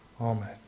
Amen